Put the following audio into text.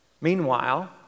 Meanwhile